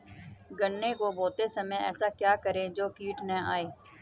गन्ने को बोते समय ऐसा क्या करें जो कीट न आयें?